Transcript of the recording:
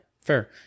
fair